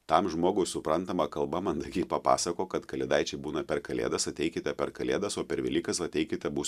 tam žmogui suprantama kalba mandagiai papasakok kad kalėdaičiai būna per kalėdas ateikite per kalėdas o per velykas ateikite bus